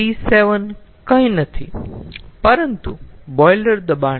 p7 કંઈ નથી પરંતુ બોઈલર દબાણ છે